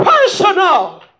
Personal